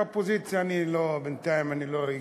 באופוזיציה בינתיים אני לא אגע,